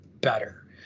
better